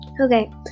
okay